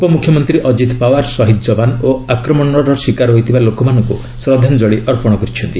ଉପମୁଖ୍ୟମନ୍ତ୍ରୀ ଅଜିତ ପାୱାର୍ ଶହୀଦ୍ ଯବାନ ଓ ଆକ୍ରମଣର ଶିକାର ହୋଇଥିବା ଲୋକମାନଙ୍କୁ ଶ୍ରଦ୍ଧାଞ୍ଜଳୀ ଅର୍ପଣ କରିଛନ୍ତି